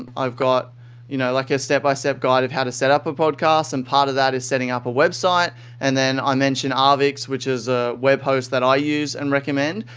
um i've got you know like a step-by-step guide of how to setup a podcast and part of that is setting up a website. and then i mention arvixe, which is a web host that i use and recommend,